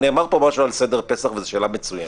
נאמר פה משהו על סדר פסח, וזו שאלה מצוינת.